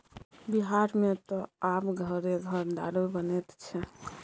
बिहारमे त आब घरे घर दारू बनैत छै